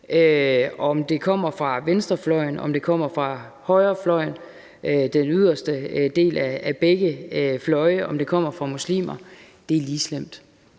Om det kommer fra venstrefløjen, om det kommer fra højrefløjen, den yderste del af begge fløje, om det kommer fra muslimer, er lige slemt.